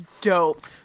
dope